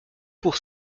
pour